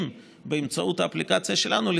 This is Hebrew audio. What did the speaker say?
ובאמצעות האפליקציה שלנו אנחנו משקפים